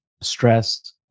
stress